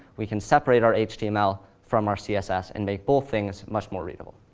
we can separate our html from our css and make both things much more readable.